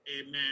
amen